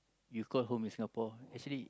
you call home in Singapore actually